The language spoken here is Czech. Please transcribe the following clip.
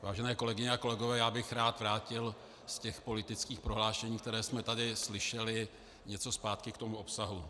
Vážené kolegyně a kolegové, já bych rád vrátil z těch politických prohlášení, která jsme tady slyšeli, něco zpátky k tomu obsahu.